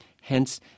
Hence